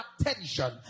attention